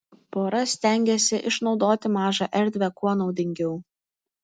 pora stengėsi išnaudoti mažą erdvę kuo naudingiau